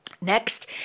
Next